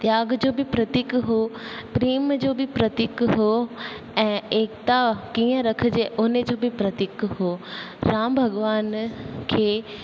त्याॻ जो बि प्रतीक हुओ प्रेम जो बि प्रतीक हुओ ऐं एकता कीअं रखिजे उन जो बि प्रतीक हुओ राम भॻवान खे